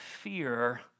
fear